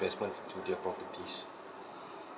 investment in their properties